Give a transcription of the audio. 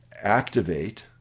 activate